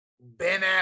Ben